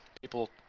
people